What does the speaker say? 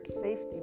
safety